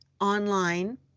online